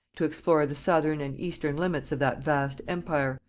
to explore the southern and eastern limits of that vast empire,